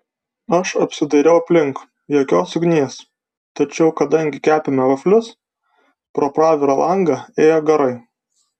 aš apsidairiau aplink jokios ugnies tačiau kadangi kepėme vaflius pro pravirą langą ėjo garai